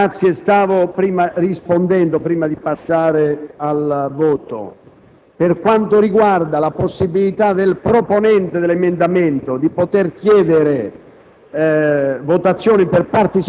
Allora, devo dire che pure noi siamo convinti che non possiamo partecipare al voto per la reiterazione di un secondo errore sull'argomento che adesso stiamo